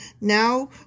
now